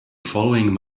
following